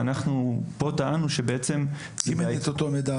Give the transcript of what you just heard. ואנחנו פה טענו שבעצם --- אם אין את אותו המידע,